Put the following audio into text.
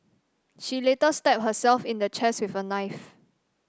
she later stabbed herself in the chest with a knife